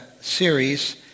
series